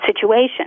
situation